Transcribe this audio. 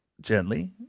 gently